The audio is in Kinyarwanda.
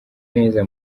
neza